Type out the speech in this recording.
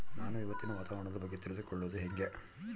ನಾನು ಇವತ್ತಿನ ವಾತಾವರಣದ ಬಗ್ಗೆ ತಿಳಿದುಕೊಳ್ಳೋದು ಹೆಂಗೆ?